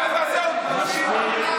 חבר הכנסת יברקן, מספיק.